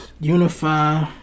Unify